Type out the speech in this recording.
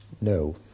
no